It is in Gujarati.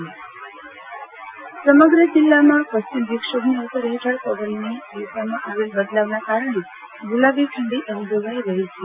આરતી ભદ્દ હ્વા માન સમગ્ર જીલ્લામાં પશ્ચિમ વિક્ષોભની અસર હેઠળ પવનની દિશામાં આવેલ બદલાવના કારણે ગુલાબી ઠંડી અનુભવી રહી છે